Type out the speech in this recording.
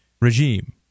regime